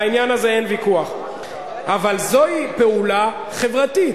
אבל זוהי פעולה חברתית.